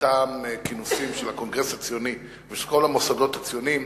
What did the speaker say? אותם כינוסים של הקונגרס הציוני ושל כל המוסדות הציוניים